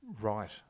Right